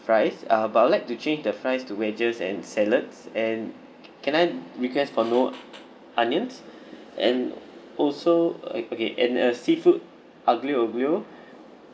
fries uh but I would like to change the fries to wedges and salads and can I request for no onions and also uh ok~ okay a seafood aglio oglio